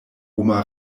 homa